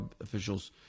officials